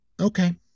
Okay